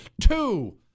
Two